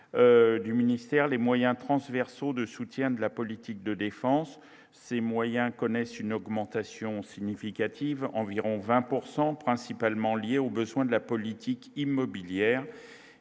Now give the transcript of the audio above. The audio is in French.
du ministère, les moyens transversaux de soutien de la politique de défense, ces moyens connaissent une augmentation significative, environ 20 pourcent principalement liée aux besoins de la politique immobilière